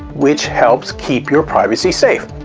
which helps keep your privacy safe.